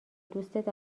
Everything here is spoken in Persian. دوستت